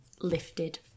Lifted